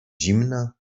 zimna